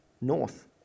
North